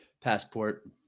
passport